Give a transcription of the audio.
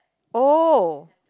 oh